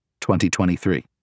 2023